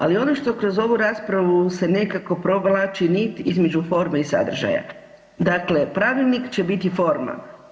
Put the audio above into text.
Ali ono što kroz ovu raspravu se nekako provlači nit između forme i sadržaja, dakle pravilnik će biti forma.